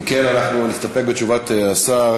אם כן, אנחנו נסתפק בתשובת השר.